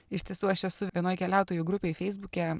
iš tiesų aš esu vienoj keliautojų grupėj feisbuke